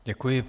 Děkuji.